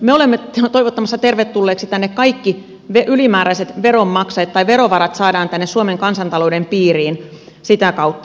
me olemme toivottamassa tervetulleeksi tänne kaikki ylimääräiset veronmaksajat tai verovarat saadaan tänne suomen kansantalouden piiriin sitä kautta